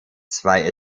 zwei